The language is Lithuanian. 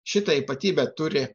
šitą ypatybę turi